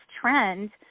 trend